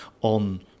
on